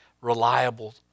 reliable